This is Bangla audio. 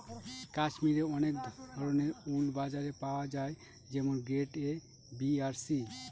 কাশ্মিরে অনেক ধরনের উল বাজারে পাওয়া যায় যেমন গ্রেড এ, বি আর সি